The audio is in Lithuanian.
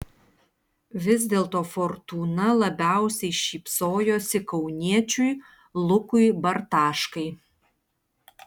vis dėlto fortūna labiausiai šypsojosi kauniečiui lukui bartaškai